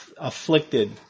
afflicted